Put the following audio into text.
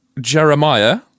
jeremiah